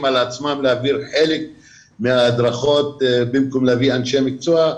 על עצמם להעביר חלק מההדרכות במקום להביא אנשי מקצוע.